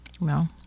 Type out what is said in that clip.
No